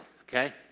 okay